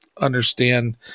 understand